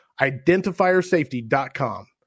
identifiersafety.com